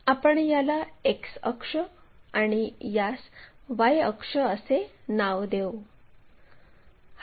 आपण याला X अक्ष आणि यास Y अक्ष असे नाव देऊ